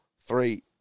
three